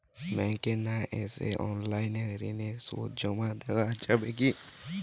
ব্যাংকে না এসে অনলাইনে ঋণের সুদ জমা দেওয়া যাবে কি?